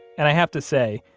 and i have to say,